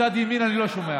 מצד ימין אני לא שומע.